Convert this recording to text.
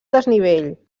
desnivell